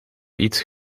iets